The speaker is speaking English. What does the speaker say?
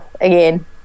again